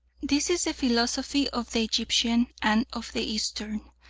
this is the philosophy of the egyptian and of the eastern,